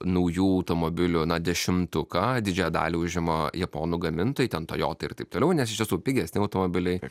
naujų automobilių na dešimtuką didžiąją dalį užima japonų gamintojai ten toyota ir taip toliau nes iš tiesų pigesni automobiliai